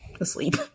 asleep